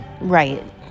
Right